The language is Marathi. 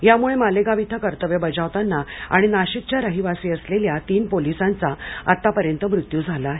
यामुळे मालेगाव येथे कर्तव्य बजावताना आणि नाशिकच्या रहिवाशी असलेल्या तीन पोलिसांचा आतापर्यन्त मृत्यू झाला आहे